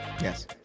Yes